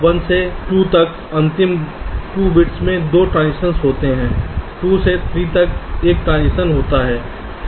1 से 2 तक अंतिम 2 बिट्स में 2 ट्रांजिशंस होते हैं 2 से 3 तक एक ट्रांजिशन होता है